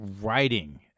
writing